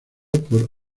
por